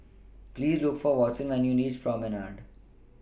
Please Look For Watson when YOU REACH Promenade